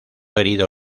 herido